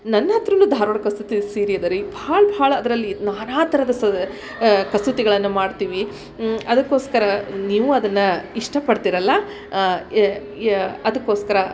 ನನ್ನ ಹತ್ತಿರನೂ ಧಾರವಾಡ ಕಸೂತಿ ಸೀರೆ ಅದ ರೀ ಭಾಳ ಭಾಳ ಅದರಲ್ಲಿ ನಾನಾ ಥರದ ಸ ಕಸೂತಿಗಳನ್ನು ಮಾಡ್ತೀವಿ ಅದಕ್ಕೋಸ್ಕರ ನೀವೂ ಅದನ್ನು ಇಷ್ಟಪಡ್ತೀರಲ್ಲ ಯ ಯ ಅದಕ್ಕೋಸ್ಕರ